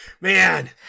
man –